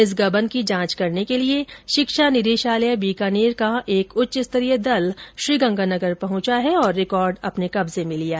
इस गबन की जांच करने के लिए शिक्षा निदेशालय बीकानेर का एक उच्च स्तरीय दल कल श्रीगंगानगर पहुंचा और रिकॉर्ड अपने कब्जे में लिया